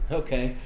okay